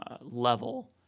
level